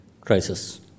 crisis